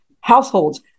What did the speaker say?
households